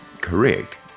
correct